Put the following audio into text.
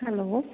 hello